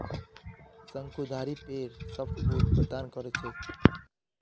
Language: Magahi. शंकुधारी पेड़ सॉफ्टवुड प्रदान कर छेक